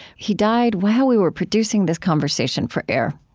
he died while we were producing this conversation for air.